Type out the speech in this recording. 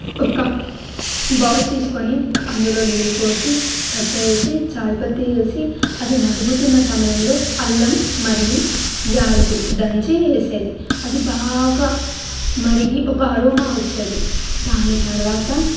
ఒక బౌల్ తీసుకొని అందులో నీళ్లు పోసి చెక్క వేసి చాయ్ పత్తి వేసి అది మరుగుతున్న సమయంలో అల్లం మరియు యాలకులు దంచి వేసేది అది బాగా మరిగి ఒక అరోమా వచ్చేది దాని తర్వాత